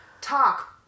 talk